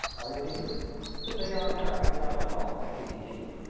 i repeated that they are americans i know, he continued,